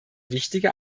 wichtige